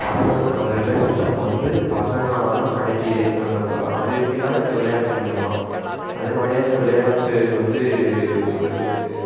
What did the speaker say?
பசங்க அந்த ரிலேஷன்ஷிப் வந்து பசங்களால தான் கிடைக்கிதே அந்த அது எப்படின்னா இந்த விளையாட்டு மூலிமா அதுனாலேயே இந்த விளையாட்டு வந்து ஒரு